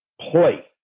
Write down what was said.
play